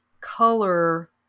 color